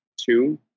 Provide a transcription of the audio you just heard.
two